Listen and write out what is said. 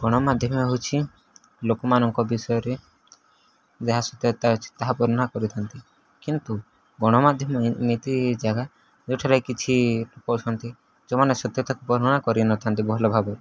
ଗଣମାଧ୍ୟମ ହେଉଛି ଲୋକମାନଙ୍କ ବିଷୟରେ ଯାହା ସତ୍ୟତା ଅଛି ତାହା ବର୍ଣ୍ଣନା କରିଥାନ୍ତି କିନ୍ତୁ ଗଣମାଧ୍ୟମ ଏମିତି ଜାଗା ଯୋଉଠାରେ କିଛି କହୁଛନ୍ତି ଯୋଉମାନେ ସତ୍ୟତାକୁ ବର୍ଣ୍ଣନା କରିନଥାନ୍ତି ଭଲଭାବରେ